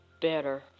better